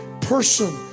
person